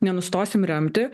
nenustosim remti